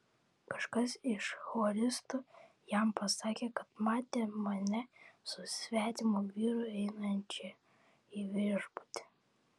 kažkas iš choristų jam pasakė kad matė mane su svetimu vyru įeinančią į viešbutį